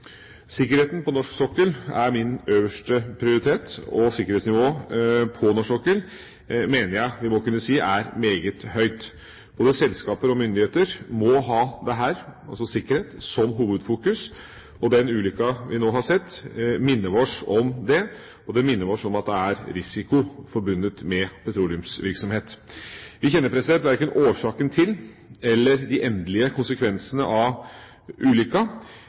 Sikkerheten på norsk sokkel er min øverste prioritet, og sikkerhetsnivået på norsk sokkel mener jeg vi må kunne si er meget høyt. Både selskaper og myndigheter må ha sikkerhet som hovedfokus. Den ulykken vi nå har sett, minner oss om det, og det minner oss om at det er risiko forbundet med petroleumsvirksomhet. Vi kjenner verken årsaken til eller de endelige konsekvensene av